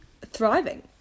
thriving